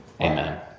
Amen